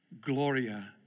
Gloria